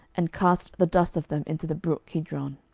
and cast the dust of them into the brook kidron.